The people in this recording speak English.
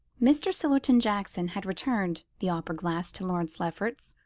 mr. sillerton jackson had returned the opera-glass to lawrence lefferts.